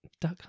duck